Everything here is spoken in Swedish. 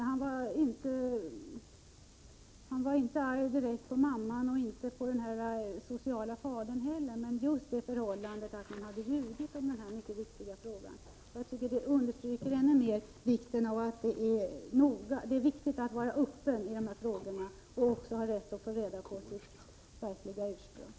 Han var inte direkt arg på mamman eller den sociale fadern, men han kunde inte förstå att de hade ljugit för honom i denna viktiga fråga. Jag tycker att detta ännu mer understryker vikten av öppenhet i dessa frågor, och att alla har rätt att få reda på sitt verkliga ursprung.